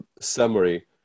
summary